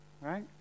right